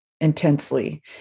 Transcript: intensely